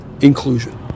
inclusion